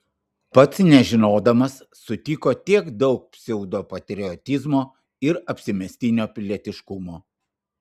pats nežinodamas sutiko tiek daug pseudopatriotizmo ir apsimestinio pilietiškumo